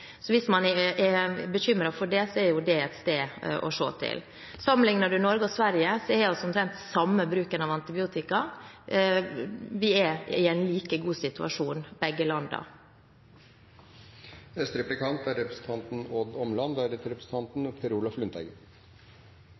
så hvis man er bekymret for det, er jo det noe å se på. Sammenligner en Norge og Sverige, har vi omtrent den samme bruken av antibiotika. Begge landene er i en like god situasjon.